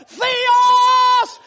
Theos